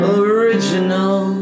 original